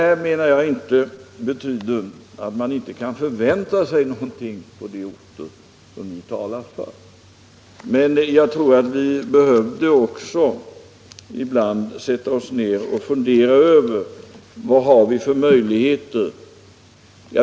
Jag menar inte att detta betyder att man inte kan förvänta sig någonting på de orter som ni talar för. Men jag tror att vi också ibland behövde sätta oss ned och fundera över vad vi har för möjligheter.